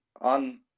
on